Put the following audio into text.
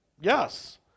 Yes